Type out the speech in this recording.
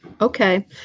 Okay